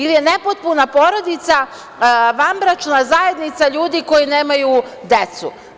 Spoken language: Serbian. Ili je nepotpuna porodica vanbračna zajednica ljudi koji nemaju decu.